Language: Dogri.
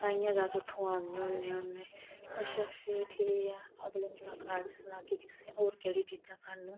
ताइयें गै अस उत्थुआं आह्नने होन्ने अच्छा फिर ठीक ऐ अगली मुलाकात च सनागी के होर केहड़ी चीजां स्हानू